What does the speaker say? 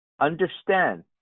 Understand